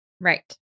Right